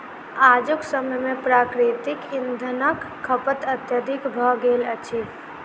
आजुक समय मे प्राकृतिक इंधनक खपत अत्यधिक भ गेल अछि